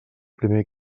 primer